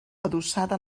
adossada